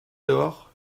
dehors